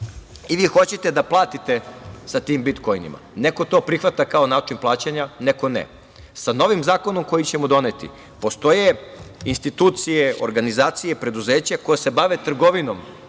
i vi hoćete da platite sa tim bitkoinima. Neko to prihvata kao način plaćanja, neko ne. Sa novim zakonom koji ćemo doneti postoje institucije, organizacije, preduzeća koja se bave trgovinom